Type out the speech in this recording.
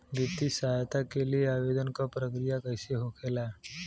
वित्तीय सहायता के लिए आवेदन क प्रक्रिया कैसे होखेला?